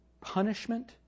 punishment